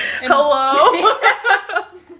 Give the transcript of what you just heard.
Hello